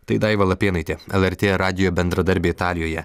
tai daiva lapėnaitė lrt radijo bendradarbė italijoje